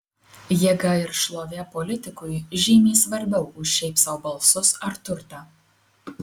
jėga ir šlovė politikui žymiai svarbiau už šiaip sau balsus ar turtą